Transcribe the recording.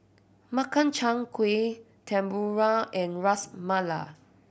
Makchang Gui Tempura and Ras Malai